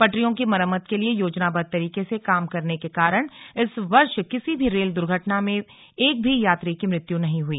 पटरियों की मरम्मत के लिए योजनाबद्व तरीके से काम करने के कारण इस वर्ष किसी भी रेल दुर्घटना में एक भी यात्री की मृत्यु नहीं हुई